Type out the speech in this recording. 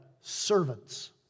servants